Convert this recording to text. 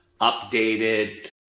updated